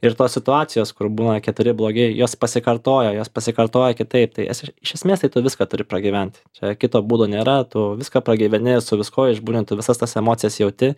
ir tos situacijos kur būna keturi blogi juos pasikartoja jos pasikartoja kitaip tai aš iš esmės tai tu viską turi pragyvent čia kito būdo nėra tų viską pragyveni su viskuo išbūni tu visas tas emocijas jauti